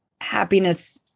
happiness-